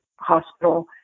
hospital